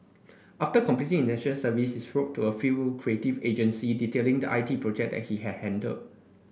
after completing his National Service he wrote to a few creative agency detailing the I T project he had handled